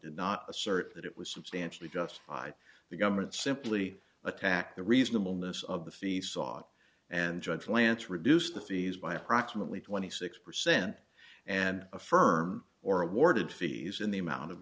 did not assert that it was substantially justified the government simply attacked the reasonableness of the fee saw and judge lance reduced the fees by approximately twenty six percent and affirmed or awarded fees in the amount of